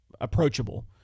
approachable